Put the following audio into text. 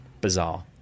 bizarre